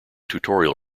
tutorial